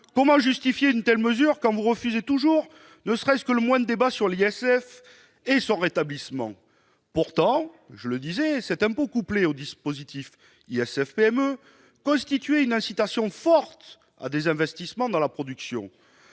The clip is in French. Comment justifier une telle mesure quand vous refusez toujours ne serait-ce que le moindre débat sur l'ISF et son rétablissement ? Pourtant, je le disais, cet impôt couplé au dispositif ISF-PME constituait une incitation forte à des investissements dans la production.